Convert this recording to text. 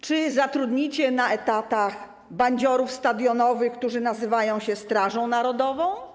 Czy zatrudnicie na etatach bandziorów stadionowych, którzy nazywają się Strażą Narodową?